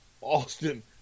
Austin